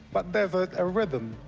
but there's a rhythm.